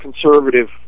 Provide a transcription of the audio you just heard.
conservative